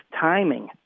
timing